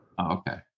okay